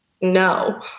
no